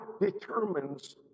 determines